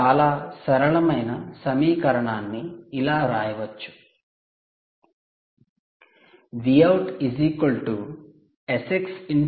చాలా సరళమైన సమీకరణాన్ని ఇలా వ్రాయవచ్చు Vout SX TX - TREF tea